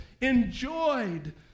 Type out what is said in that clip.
enjoyed